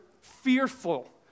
fearful